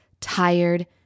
tired